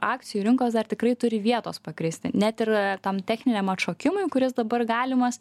akcijų rinkos dar tikrai turi vietos pakristi net ir tam techniniam atšokimui kuris dabar galimas